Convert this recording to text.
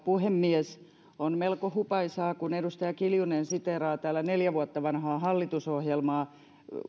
puhemies on melko hupaisaa kun edustaja kiljunen siteeraa täällä neljä vuotta vanhaa hallitusohjelmaa